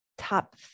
top